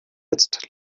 jetzt